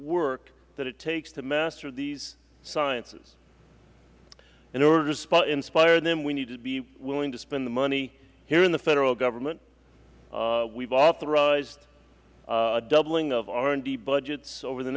work that it takes to master these sciences in order to inspire them we need to be willing to spend the money here in the federal government we have authorized a doubling of r and d budgets over the